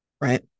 right